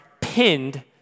pinned